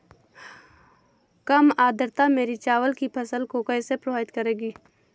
कम आर्द्रता मेरी चावल की फसल को कैसे प्रभावित करेगी?